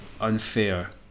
unfair